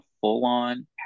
full-on